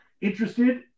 interested